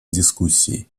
дискуссий